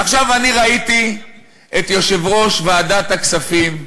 עכשיו, אני ראיתי את יושב-ראש ועדת הכספים,